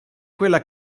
quella